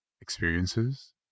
experiences